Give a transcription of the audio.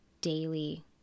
daily